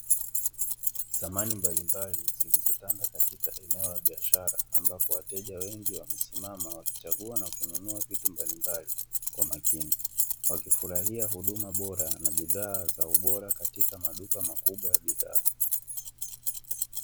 Samani mbalimbali zilizotanda katika eneo la biashara, ambapo wateja wengi wamesimama wakichagua na kununua vitu mbalimbali kwa makini, wakifurahia huduma bora na bidhaa za ubora katika maduka makubwa ya bidhaa.